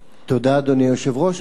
תודה, אדוני היושב-ראש.